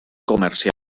comercial